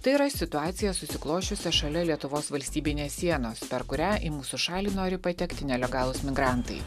tai yra situacija susiklosčiusia šalia lietuvos valstybinės sienos per kurią į mūsų šalį nori patekti nelegalūs migrantai